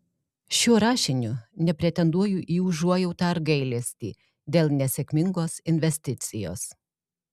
šiuo rašiniu nepretenduoju į užuojautą ar gailestį dėl nesėkmingos investicijos